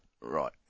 right